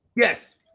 Yes